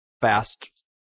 fast